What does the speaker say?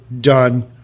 done